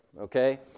okay